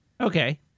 Okay